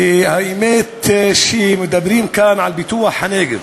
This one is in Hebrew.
האמת שמדברים כאן על פיתוח הנגב.